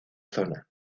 zona